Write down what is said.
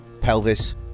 pelvis